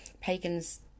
pagans